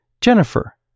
jennifer